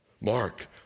Mark